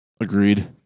Agreed